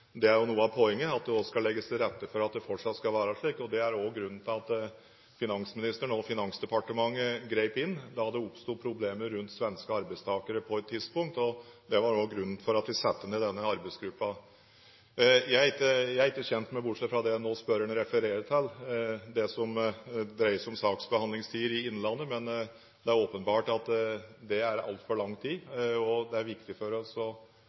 Det er jo noe av poenget, at det også skal legges til rette for at det fortsatt skal være slik. Det er også grunnen til at finansministeren og Finansdepartementet grep inn da det oppsto problemer for svenske arbeidstakere på et tidspunkt. Det var også grunnen til at vi satte ned denne arbeidsgruppen. Jeg er ikke kjent med – bortsett fra det brevet fra NHO Innlandet spørreren nå refererer til – det som dreier seg om saksbehandlingstiden, men det er åpenbart at det er altfor lang tid. Det er viktig for oss å